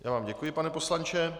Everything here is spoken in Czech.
Já vám děkuji, pane poslanče.